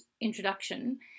introduction